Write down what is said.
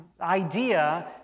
idea